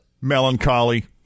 melancholy